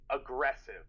aggressive